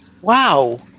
Wow